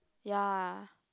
ya